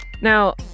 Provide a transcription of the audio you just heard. Now